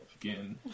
again